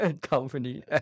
company